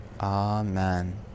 Amen